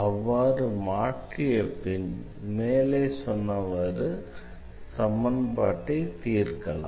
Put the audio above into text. அவ்வாறு மாற்றியபின் மேலே சொன்னவாறு சமன்பாட்டை தீர்க்கலாம்